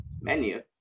Menu